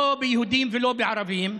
לא יהודים ולא ערבים,